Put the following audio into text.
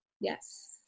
Yes